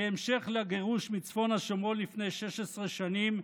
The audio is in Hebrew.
כהמשך לגירוש מצפון השומרון לפני 16 שנים,